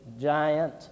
giant